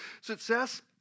success